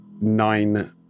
nine